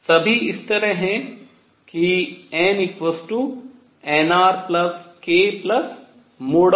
सभी इस तरह हैं कि n बराबर nr k